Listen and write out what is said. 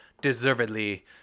deservedly